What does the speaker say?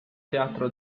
teatro